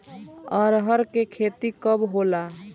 अरहर के खेती कब होला?